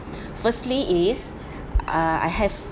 firstly is err I have